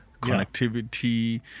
Connectivity